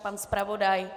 Pan zpravodaj?